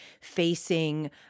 facing